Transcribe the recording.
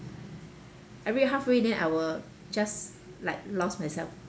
I read halfway then I will just like lost myself